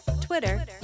Twitter